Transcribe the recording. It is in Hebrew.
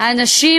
האנשים